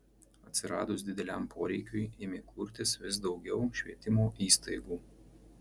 atsiradus dideliam poreikiui ėmė kurtis vis daugiau švietimo įstaigų